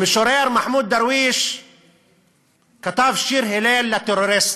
המשורר מחמוד דרוויש כתב שיר הלל לטרוריסט: